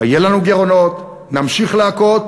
יהיו לנו גירעונות, נמשיך להכות.